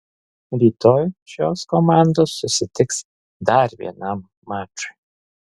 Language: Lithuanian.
rytoj šios komandos susitiks dar vienam mačui